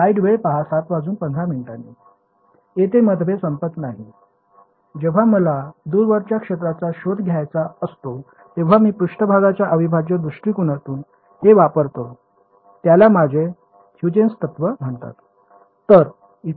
येथे मतभेद संपत नाहीत जेव्हा मला दूरवरच्या क्षेत्राचा शोध घ्यायचा असतो तेव्हा मी पृष्ठभागाच्या अविभाज्य दृष्टिकोनातून हे वापरतो त्याला माझे ह्युजेन्स तत्व म्हणतात